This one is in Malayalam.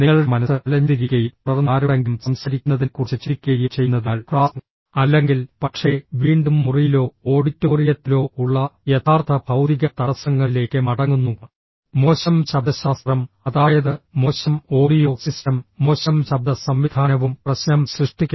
നിങ്ങളുടെ മനസ്സ് അലഞ്ഞുതിരിയുകയും തുടർന്ന് ആരോടെങ്കിലും സംസാരിക്കുന്നതിനെക്കുറിച്ച് ചിന്തിക്കുകയും ചെയ്യുന്നതിനാൽ ക്ലാസ് അല്ലെങ്കിൽ പക്ഷേ വീണ്ടും മുറിയിലോ ഓഡിറ്റോറിയത്തിലോ ഉള്ള യഥാർത്ഥ ഭൌതിക തടസ്സങ്ങളിലേക്ക് മടങ്ങുന്നു മോശം ശബ്ദശാസ്ത്രം അതായത് മോശം ഓഡിയോ സിസ്റ്റം മോശം ശബ്ദ സംവിധാനവും പ്രശ്നം സൃഷ്ടിക്കും